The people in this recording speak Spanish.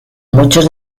muchos